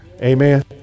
Amen